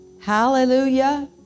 Hallelujah